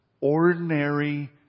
ordinary